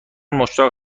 مشتاق